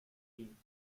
gegen